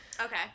okay